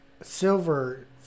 silver